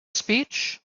speech